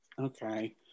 okay